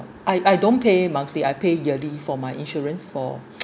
I I don't pay monthly I pay yearly for my insurance for